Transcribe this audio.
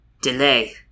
Delay